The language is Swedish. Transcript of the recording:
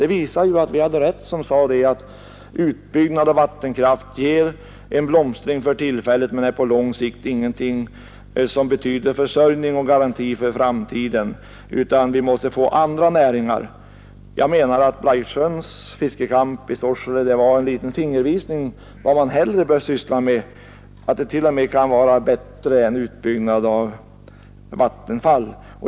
Det visar att vi hade rätt som sade att utbyggnad av vattenkraft ger en blomstring för tillfället, men den betyder inte försörjning på lång sikt eller garantier för framtiden; vi måste få andra näringar. Jag menar att Blaiksjöns fiskecamp i Sorsele var en liten fingervisning om vad som hör till sådant man hellre bör syssla med och t.o.m. kan vara bättre än utbyggnad av vattenfall.